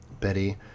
Betty